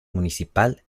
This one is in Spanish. municipal